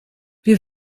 wir